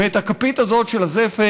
ואת הכפית הזאת של הזפת,